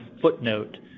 footnote